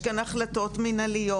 יש כאן החלטות מינהליות.